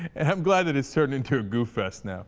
and have blood that is certain and to do for us now